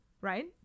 right